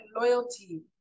loyalty